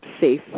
safe